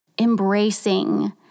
embracing